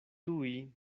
tuj